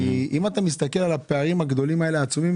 אם מסתכלים על הפערים הגדולים הללו, העצומים